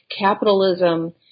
capitalism